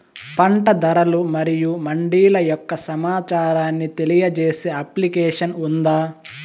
పంట ధరలు మరియు మండీల యొక్క సమాచారాన్ని తెలియజేసే అప్లికేషన్ ఉందా?